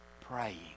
praying